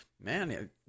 Man